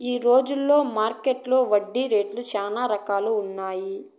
ఈ రోజున మార్కెట్టులో వడ్డీ రేట్లు చాలా రకాలుగా ఉన్నాయి